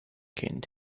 king